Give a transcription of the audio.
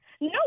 No